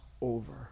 over